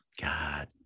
God